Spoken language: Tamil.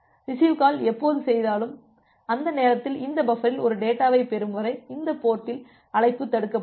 ரிசிவ் கால் எப்போது செய்தாலும் அந்த நேரத்தில் இந்த பஃபரில் ஒரு டேட்டாவைப் பெறும் வரை இந்த போர்டில் அழைப்பு தடுக்கப்படும்